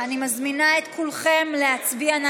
אני מזמינה את כולכם להצביע.